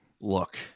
Look